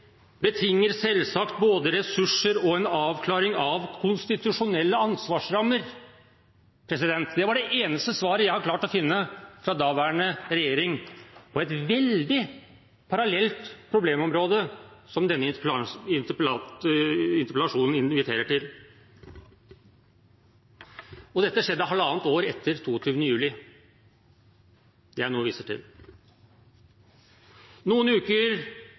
betinger selvsagt både ressurser og også en avklaring av konstitusjonelle ansvarsrammer.» Det er det eneste svaret jeg har klart å finne fra daværende regjering på et veldig parallelt problemområde som denne interpellasjonen inviterer til. Og det jeg nå viser til, skjedde halvannet år etter 22. juli. Noen uker etter regjeringsskiftet i 2013 foreligger det